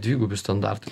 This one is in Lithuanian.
dvigubi standartai